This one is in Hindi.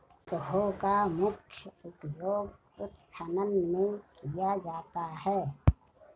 बैकहो का मुख्य उपयोग उत्खनन में किया जाता है